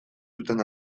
zuten